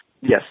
Yes